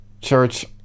church